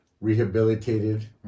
Rehabilitated